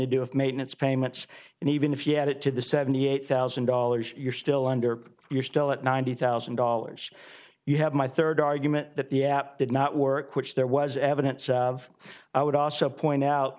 to do with maintenance payments and even if you add it to the seventy eight thousand dollars you're still under you're still at ninety thousand dollars you have my third argument that the app did not work which there was evidence of i would also point out